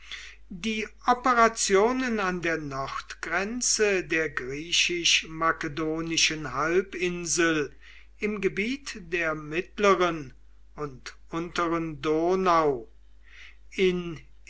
die operationen an der nordgrenze der griechisch makedonischen halbinsel im gebiet der mittleren und unteren donau in